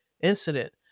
incident